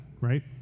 right